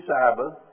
Sabbath